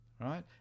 right